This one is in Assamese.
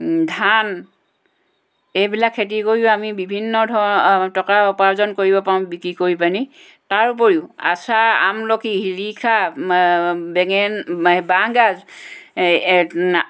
ধান এইবিলাক খেতি কৰিও আমি বিভিন্ন ধৰ টকা উপাৰ্জন কৰিব পাৰোঁ বিক্ৰী কৰি পানি তাৰ উপৰিও আচাৰ আমলখি শিলিখা বেঙে বাঁহ গাজ